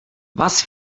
was